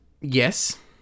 Yes